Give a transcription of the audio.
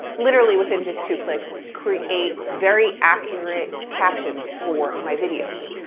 literally within just two clicks, create very accurate captions for my videos,